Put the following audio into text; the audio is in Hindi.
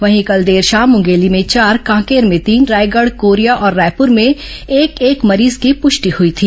वहीं कल देर शाम मुंगेली में चार कांकेर में तीन रायगढ़ कोरिया और रायपुर में एक एक मरीज की पुष्टि हुई थी